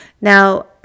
Now